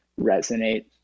resonate